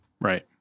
Right